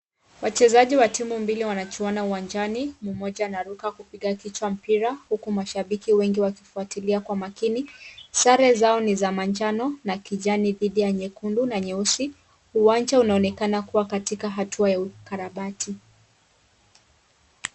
wachezaji wa timu mbili wanachuana uwanjani. Mmoja anaruka kupiga kichwa mpira huku mashabiki wengi wakifuatilia kwa makini. Sare zao ni za manjano na kijani dhidi ya nyekundu na nyeusi. Uwanja unaonekana katika hatua ya ukarabati.